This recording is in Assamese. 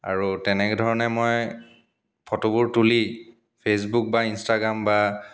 আৰু তেনেকৈ ধৰণে মই ফটোবোৰ তুলি ফেচবুক বা ইনষ্টাগ্ৰাম বা